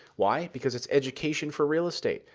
why? because it's education for real estate.